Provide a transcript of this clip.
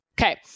Okay